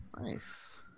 Nice